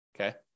Okay